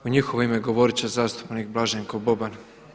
U njihovo ime govorit će zastupnik Blaženko Boban.